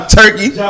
turkey